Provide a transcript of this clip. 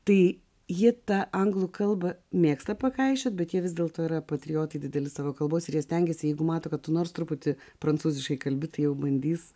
tai jie tą anglų kalbą mėgsta pakaišioti bet jie vis dėlto yra patriotai dideli savo kalbos jie stengiasi jeigu mato kad tu nors truputį prancūziškai kalbi tai jau bandys